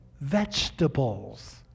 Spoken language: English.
vegetables